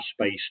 space